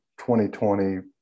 2020